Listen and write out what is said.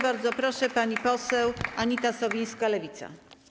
Bardzo proszę, pani poseł Anita Sowińska, Lewica.